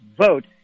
vote